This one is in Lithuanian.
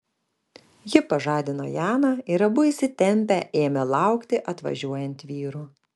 ji pažadino janą ir abu įsitempę ėmė laukti atvažiuojant vyrų